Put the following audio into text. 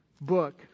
book